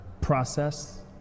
process